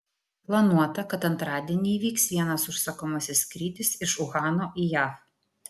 planuota kad antradienį įvyks vienas užsakomasis skrydis iš uhano į jav